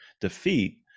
defeat